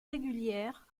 régulière